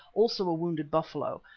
also a wounded buffalo,